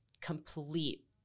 complete